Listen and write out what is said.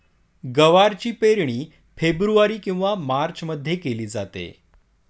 गवारची पेरणी फेब्रुवारी किंवा मार्चमध्ये केली जाते